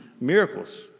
miracles